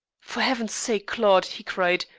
for heaven's sake, claude, he cried,